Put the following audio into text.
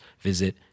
visit